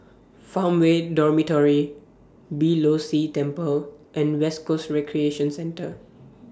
Farmway Dormitory Beeh Low See Temple and West Coast Recreation Centre